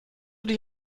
die